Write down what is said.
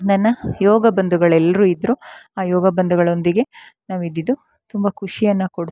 ನನ್ನ ಯೋಗ ಬಂಧುಗಳೆಲ್ರು ಇದ್ರು ಆ ಯೋಗ ಬಂಧುಗಳೊಂದಿಗೆ ನಾವು ಇದಿದ್ದು ತುಂಬ ಖುಷಿಯನ್ನ ಕೊಡ್ತು